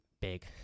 big